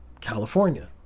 California